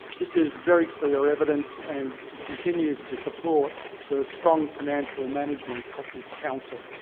this is very clear evidence, and continues to support the strong financial management of this council.